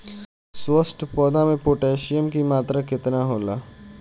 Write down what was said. स्वस्थ पौधा मे पोटासियम कि मात्रा कितना होला?